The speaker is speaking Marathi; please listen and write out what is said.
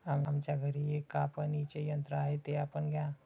आमच्या घरी एक कापणीचे यंत्र आहे ते आपण घ्या